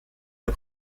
pas